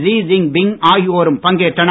G Jinping ஆகியோரும் பங்கேற்றனர்